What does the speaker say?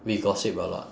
we gossip a lot